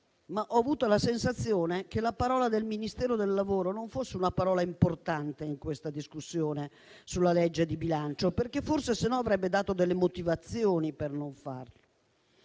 ho avuto la sensazione che la parola del Ministero del lavoro non fosse importante in questa discussione sulla legge di bilancio, altrimenti forse avrebbe dato delle motivazioni per non farlo.